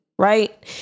Right